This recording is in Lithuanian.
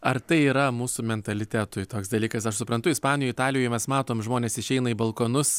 ar tai yra mūsų mentalitetui toks dalykas aš suprantu ispanijoj italijoj mes matom žmonės išeina į balkonus